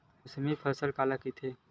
मौसमी फसल काला कइथे?